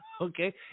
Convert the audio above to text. okay